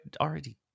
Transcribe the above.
already